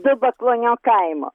dubaklonio kaimo